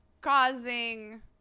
causing